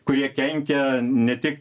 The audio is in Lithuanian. kurie kenkia ne tik